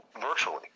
virtually